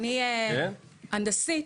הנדסית,